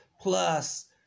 Plus